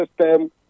system